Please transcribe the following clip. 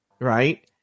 right